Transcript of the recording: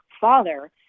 father